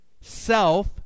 Self